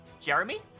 Jeremy